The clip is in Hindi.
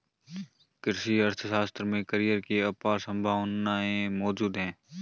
कृषि अर्थशास्त्र में करियर की अपार संभावनाएं मौजूद है